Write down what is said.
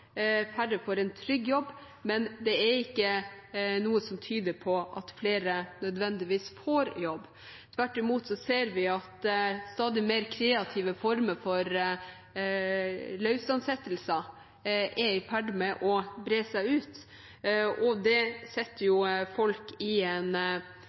færre får en trygg jobb, men det er ikke noe som tyder på at flere nødvendigvis får jobb. Tvert imot ser vi at stadig mer kreative former for løsansettelser er i ferd med å bre seg, og det setter folk i en